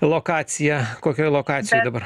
lokacija kokioj lokacijoj dabar